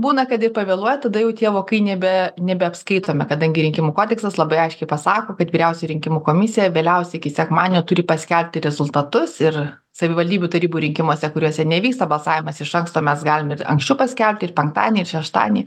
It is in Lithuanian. būna kad ir pavėluoja tada jau tie vokai nebe nebeapskaitomi kadangi rinkimų kodeksas labai aiškiai pasako kad vyriausioji rinkimų komisija vėliausiai iki sekmadienio turi paskelbti rezultatus ir savivaldybių tarybų rinkimuose kuriuose nevyksta balsavimas iš anksto mes galim ir anksčiau paskelbti ir penktadienį ir šeštadienį